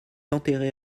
enterré